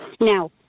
Now